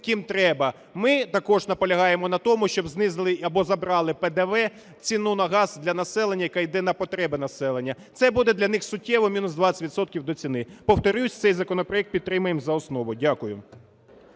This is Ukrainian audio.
кому треба. Ми також наполягаємо на тому, щоб знизили або забрали ПДВ з ціни на газ для населення, яка йде на потреби населення. Це буде для них суттєво – мінус 20 відсотків до ціни. Повторюсь, цей законопроект підтримаємо за основу. Дякую.